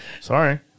Sorry